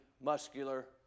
muscular